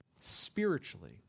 spiritually